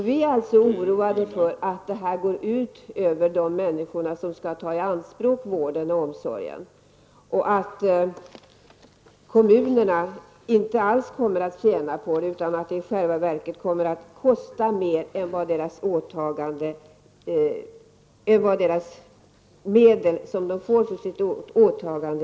Vi är alltså oroade för att detta går ut över de människor som skall ta vården och omsorgen i anspråk och att kommunerna inte alls kommer att tjäna på det, utan att det i själva verket kommer att kosta mer än de medel som kommunerna får för sitt åtagande.